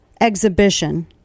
exhibition